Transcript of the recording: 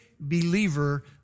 believer